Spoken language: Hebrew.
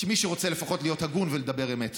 כמי שרוצה לפחות להיות הגון ולדבר אמת.